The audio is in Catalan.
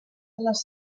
les